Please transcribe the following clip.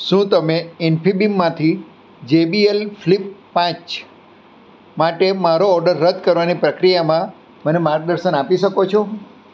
શું તમે ઇન્ફીબીમમાંથી જેબીએલ ફ્લિપ પાંચ માટે મારો ઓર્ડર રદ કરવાની પ્રક્રિયામાં મને માર્ગદર્શન આપી શકો છો